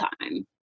time